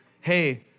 Hey